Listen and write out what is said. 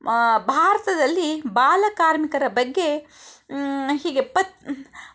ಭಾರತದಲ್ಲಿ ಬಾಲಕಾರ್ಮಿಕರ ಬಗ್ಗೆ ಹೀಗೆ ಪತ್